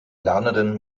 lernenden